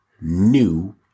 new